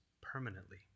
permanently